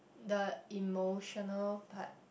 the emotional part